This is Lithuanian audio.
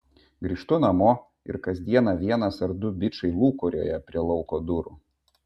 grįžtu namo ir kas dieną vienas ar du bičai lūkuriuoja prie lauko durų